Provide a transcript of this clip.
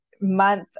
month